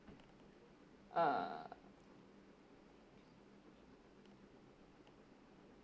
err